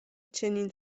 چنین